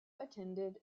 attended